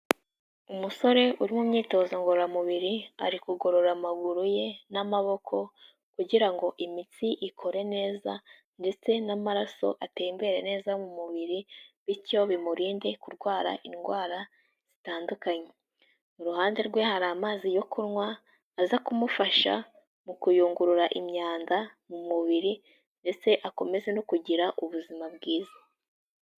Umusore uri mu myitozo ngororamubiri, ari kugorora amaguru ye n'amaboko kugira ngo imitsi ikore neza ndetse n'amaraso atembera neza mu mubiri, bityo bimurinde kurwara indwara zitandukanye. Mu ruhande rwe hari amazi yo kunywa, aza kumufasha mu kuyungurura imyanda mu mubiri ndetse akomeze no kugira ubuzima bwiza.